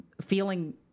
feeling